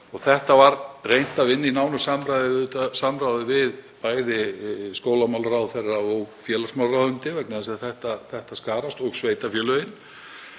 Þetta var reynt að vinna í nánu samráði við bæði skólamálaráðherra og félagsmálaráðuneyti vegna þess að þetta skarast, sem og sveitarfélögin.